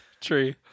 Tree